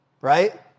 Right